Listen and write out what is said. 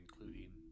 including